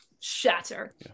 shatter